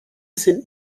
sind